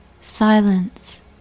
silence